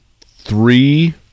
three